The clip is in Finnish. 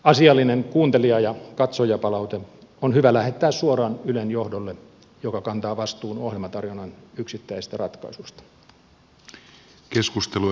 asiallinen kuuntelija ja katsojapalaute on hyvä lähettää suoraan ylen johdolle joka kantaa vastuun ohjelmatarjonnan yksittäisistä ratkaisuista